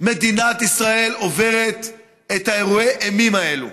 מדינת ישראל עוברת את אירועי האימים האלה.